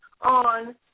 on